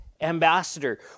ambassador